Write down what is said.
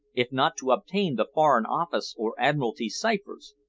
if not to obtain the foreign office or admiralty ciphers?